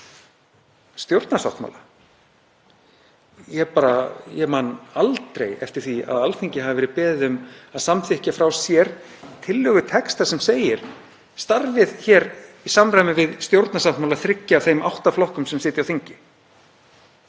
stjórnarsáttmála. Ég man aldrei eftir því að Alþingi hafi verið beðið um að samþykkja frá sér tillögutexta sem segir: Starfið hér í samræmi við stjórnarsáttmála þriggja af þeim átta flokkum sem sitja á þingi.